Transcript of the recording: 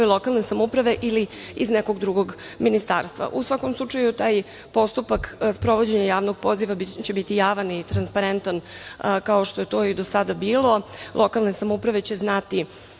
lokalne samouprave ili iz nekog drugog ministarstva.U svakom slučaju, taj postupak sprovođenja javnog poziva će biti javan i transparentan, kao što je to i sada bilo. Lokalne samouprave će znati